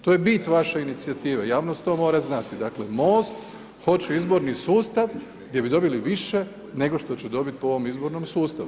To je bit vaše inicijative, javnost to mora znati, dakle MOST hoće izborni sustav gdje bi dobili više nego što će dobiti po ovom izbornom sustav.